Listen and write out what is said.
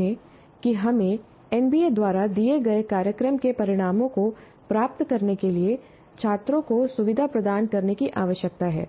याद रखें कि हमें एनबीए द्वारा दिए गए कार्यक्रम के परिणामों को प्राप्त करने के लिए छात्रों को सुविधा प्रदान करने की आवश्यकता है